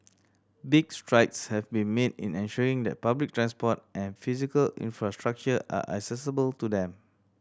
big strides have been made in ensuring that public transport and physical infrastructure are accessible to them